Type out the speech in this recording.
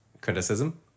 criticism